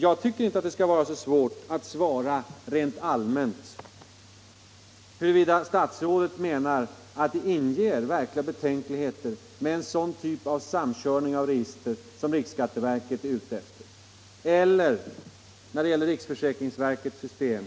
Jag tycker inte att det skall vara så svårt att svara rent allmänt huruvida statsrådet menar att en sådan typ av samkörning av register som riksskatteverket är ute efter inger verkliga betänkligheter eller, när det gäller riksförsäkringsverkets system,